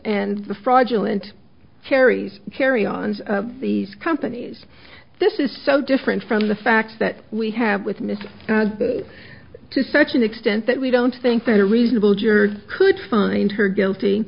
and the fraudulent carries carry ons these companies this is so different from the facts that we have with misess to such an extent that we don't think that a reasonable juror could find her guilty